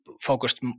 focused